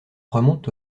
remontent